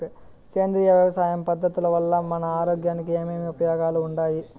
సేంద్రియ వ్యవసాయం పద్ధతుల వల్ల మన ఆరోగ్యానికి ఏమి ఉపయోగాలు వుండాయి?